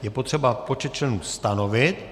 Je potřeba počet členů stanovit.